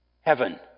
heaven